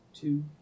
two